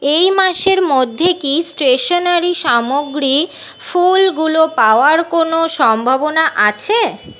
এই মাসের মধ্যে কি স্টেশনারি সামগ্রী ফুলগুলো পাওয়ার কোনও সম্ভাবনা আছে